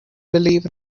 believe